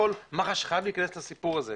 מח"ש חייב להיכנס לסיפור הזה,